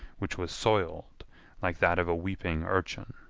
which was soiled like that of a weeping urchin.